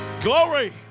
Glory